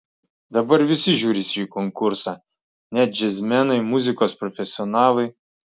dabar visi žiūri šį konkursą net džiazmenai muzikos profesionalai